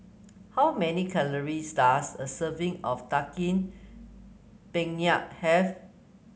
how many calories does a serving of Daging Penyet have